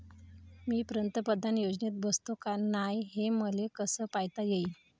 मी पंतप्रधान योजनेत बसतो का नाय, हे मले कस पायता येईन?